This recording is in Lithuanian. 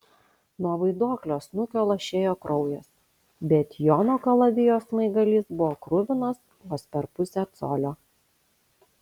nuo vaiduoklio snukio lašėjo kraujas bet jono kalavijo smaigalys buvo kruvinas vos per pusę colio